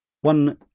One